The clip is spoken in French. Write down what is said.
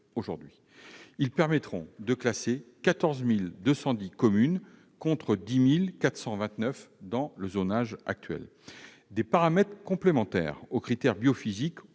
aujourd'hui. Ces critères permettront de classer 14 210 communes, contre 10 429 dans le zonage actuel. Des paramètres complémentaires aux critères biophysiques